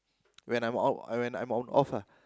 when I'm off I mean I'm off off ah